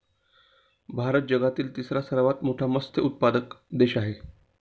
भारत जगातील तिसरा सर्वात मोठा मत्स्य उत्पादक देश आहे